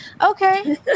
Okay